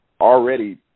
already